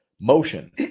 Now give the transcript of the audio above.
motion